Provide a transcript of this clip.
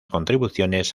contribuciones